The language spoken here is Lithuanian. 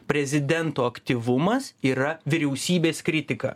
prezidento aktyvumas yra vyriausybės kritika